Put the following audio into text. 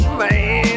man